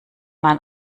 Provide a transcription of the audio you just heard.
man